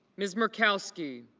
ms. makowski